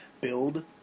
build